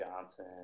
Johnson